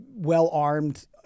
well-armed